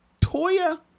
Toya